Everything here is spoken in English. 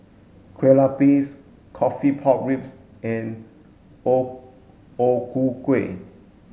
Kueh Lapis coffee pork ribs and O O Ku Kueh